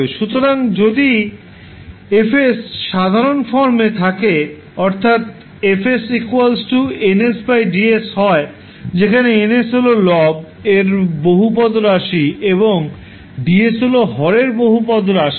সুতরাং যদি F সাধারণ ফর্ম এ থাকে অর্থাৎ F 𝑁 𝑠 D হয় যেখানে N হল লব এর বহুপদ রাশি এবং 𝐷 𝑠 হল হর এর বহুপদ রাশি